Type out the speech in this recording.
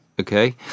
okay